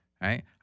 right